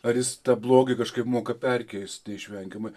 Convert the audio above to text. ar jis tą blogį kažkaip moka perkeist neišvengiamai